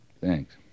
Thanks